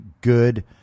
good